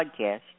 podcast